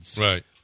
Right